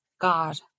God